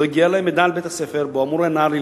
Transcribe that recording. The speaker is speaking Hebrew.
לא הגיע אלי מידע על בית-הספר שבו אמור הנער ללמוד,